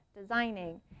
designing